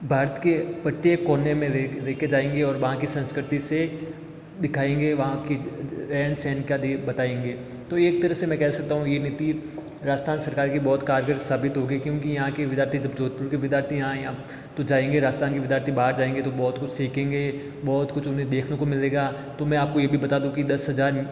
भारत के प्रत्येक कोने में लेके जाएंगी और वहाँ की संस्कृति से दिखाएंगे वहाँ की रहन सहन का बताएंगे तो एक तरह से मैं कह सकता हूँ ये नीति राजस्थान सरकार की बहुत कारगर साबित होंगी क्योंकि यहाँ के विद्यार्थी जब जोधपुर के विद्यार्थी यहाँ आए अब तो जाएंगे राजस्थान के विद्यार्थी बाहर जाएंगे तो बहुत कुछ सीखेंगे बहुत कुछ उन्हें देखने को मिलेगा तो मैं आपको ये भी बता दूँ कि दस हज़ार